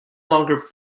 longer